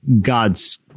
God's